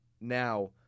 now